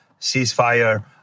ceasefire